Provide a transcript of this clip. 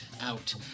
out